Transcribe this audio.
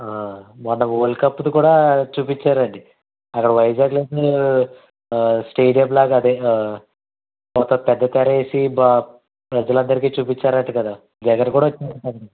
మొన్న వరల్డ్కప్ది కూడా చూపించారండి అది వైజాగ్లో మీరు స్టేడియంలాగా అదే పెద్ద తెర వేసి ప్రజలందరికీ చూపించారంట కదా జగన్ కూడ వచ్చాడంటండి